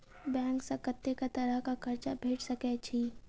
Bank सऽ कत्तेक तरह कऽ कर्जा भेट सकय छई?